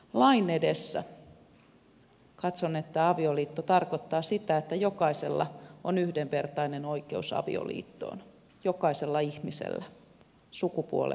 lain edessä katson että avioliitto tarkoittaa sitä että jokaisella on yhdenvertainen oikeus avioliittoon jokaisella ihmisellä sukupuoleen katsomatta